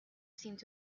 seemed